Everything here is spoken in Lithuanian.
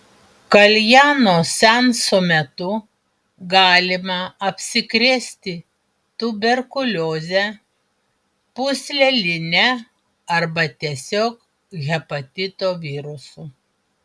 kaljano seanso metu galima apsikrėsti tuberkulioze pūsleline arba tiesiog hepatito virusu